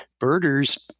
birders